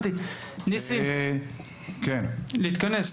ניסים להתכנס,